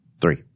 Three